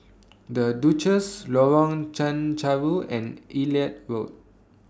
The Duchess Lorong Chencharu and Elliot Road